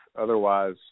otherwise